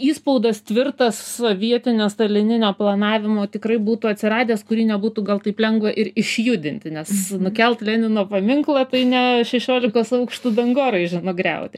įspaudas tvirtas sovietinio stalininio planavimo tikrai būtų atsiradęs kurį nebūtų gal taip lengva ir išjudinti nes nukelt lenino paminklą tai ne šešiolikos aukštų dangoraižį nugriauti